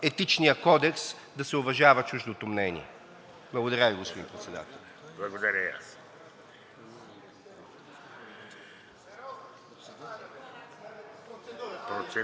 Етичният кодекс и да се уважава чуждото мнение. Благодаря Ви, господин Председател.